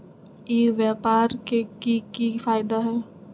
ई व्यापार के की की फायदा है?